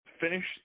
finish